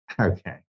Okay